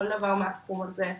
כל דבר מהתחום הזה.